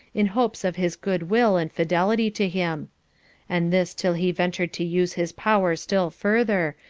in hopes of his good-will and fidelity to him and this till he ventured to use his power still further,